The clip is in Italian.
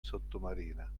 sottomarina